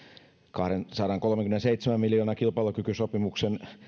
kahdensadankolmenkymmenenseitsemän miljoonan kilpailukykysopimuksen